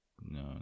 no